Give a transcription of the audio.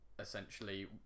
essentially